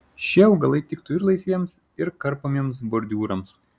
šie augalai tiktų ir laisviems ir karpomiems bordiūrams